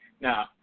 Now